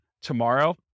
tomorrow